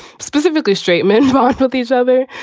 specifically straight men. i thought these other.